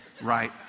Right